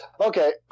okay